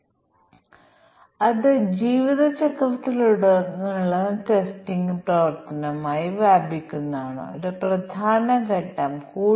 flight പകുതിയിലധികം ആണെങ്കിൽ flight പകുതിയിലധികം ടിക്കറ്റിന്റെ വില 3000 ൽ കൂടുതലാണ് ഒരു ഫ്ലൈറ്റിൽ ഞങ്ങൾക്ക് പോളിസി ഉണ്ടെന്ന് കരുതുക ഇത് ഒരു ആഭ്യന്തര വിമാനമല്ലെങ്കിൽ സൌജന്യ ഭക്ഷണം നൽകും